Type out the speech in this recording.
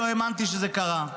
לא האמנתי שזה קרה.